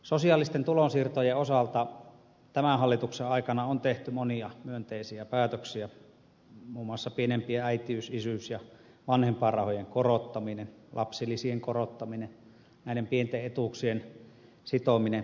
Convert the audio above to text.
sosiaalisten tulonsiirtojen osalta tämän hallituksen aikana on tehty monia myönteisiä päätöksiä muun muassa pienempien äitiys isyys ja vanhempainrahojen korottaminen lapsilisien korottaminen näiden pienten etuuksien sitominen indeksiin